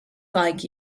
like